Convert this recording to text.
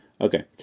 Okay